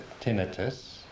tinnitus